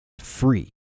free